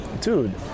Dude